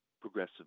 progressive